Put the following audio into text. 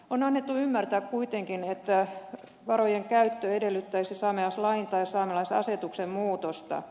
on annettu ymmärtää kuitenkin että varojen käyttö edellyttäisi saamelaislain tai saamelaisasetuksen muutosta